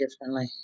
differently